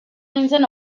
nintzen